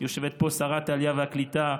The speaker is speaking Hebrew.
ויושבת פה שרת העלייה והקליטה,